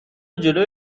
جلوی